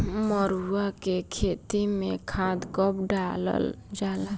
मरुआ के खेती में खाद कब डालल जाला?